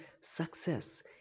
success